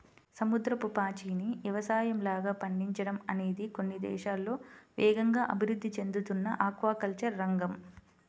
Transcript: సముద్రపు పాచిని యవసాయంలాగా పండించడం అనేది కొన్ని దేశాల్లో వేగంగా అభివృద్ధి చెందుతున్న ఆక్వాకల్చర్ రంగం